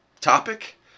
topic